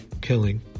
killing